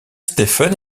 stephen